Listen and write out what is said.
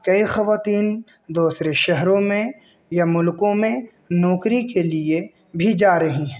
کئی خواتین دوسرے شہروں میں یا ملکوں میں نوکری کے لیے بھی جا رہی ہیں